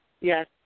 yes